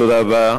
תודה רבה,